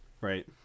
Right